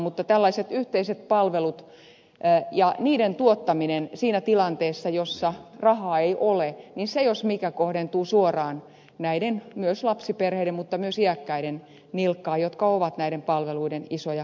mutta tällaisten yhteisten palveluiden supistaminen jos mikä siinä tilanteessa jossa rahaa ei ole kohdentuu suoraan näiden lapsiperheiden mutta myös iäkkäiden nilkkaan jotka ovat näiden palvelujen isoja kuluttajia